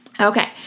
Okay